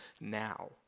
now